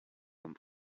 comme